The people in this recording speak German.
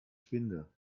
spinde